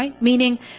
meaning